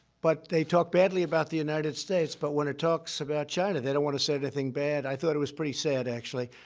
but they talk badly about the united states. but when it talks about china, they don't want to say anything bad. i thought it was pretty sad, actually.